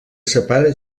separa